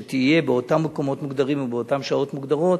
שתהיה באותם מקומות מוגדרים ובאותן שעות מוגדרות,